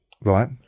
Right